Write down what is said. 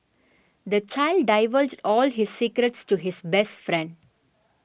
the child divulged all his secrets to his best friend